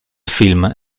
film